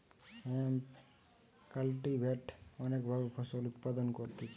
hemp cultivate অনেক ভাবে ফসল উৎপাদন করতিছে